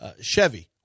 Chevy